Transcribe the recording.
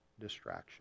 distraction